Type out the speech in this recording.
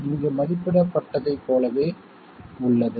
இங்கே மதிப்பிடப்பட்டதைப் போலவே உள்ளது